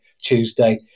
Tuesday